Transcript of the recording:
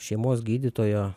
šeimos gydytojo